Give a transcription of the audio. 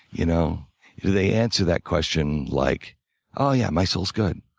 you know if they answer that question like oh yeah, my soul's good.